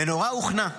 "מנורה הוכנה,